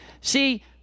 See